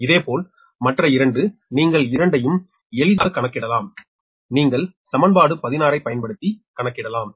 இதேபோல் மற்ற 2 நீங்கள் இந்த இரண்டையும் எளிதாக கணக்கிடலாம் நீங்கள் சமன்பாடு 16 ஐப் பயன்படுத்தி கணக்கிடலாம்